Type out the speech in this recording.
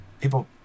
People